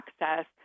access